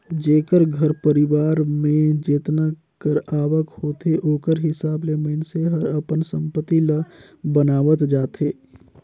जेकर घर परिवार में जेतना कर आवक होथे ओकर हिसाब ले मइनसे हर अपन संपत्ति ल बनावत जाथे